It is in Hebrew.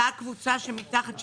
אבל לאותה קבוצה שמתחת,